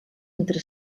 entre